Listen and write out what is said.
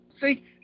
See